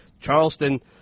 Charleston